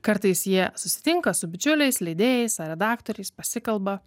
kartais jie susitinka su bičiuliais leidėjais ar redaktoriais pasikalba